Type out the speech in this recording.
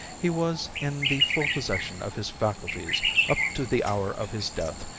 he was in the full possession of his faculties up to the hour of his death,